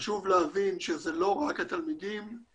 חשוב להבין שאלה לא רק תלמידים עם מוגבלות,